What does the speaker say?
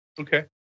Okay